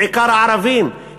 בעיקר הערביים,